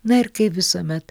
na ir kaip visuomet